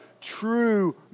true